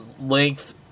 length